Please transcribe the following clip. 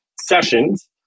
sessions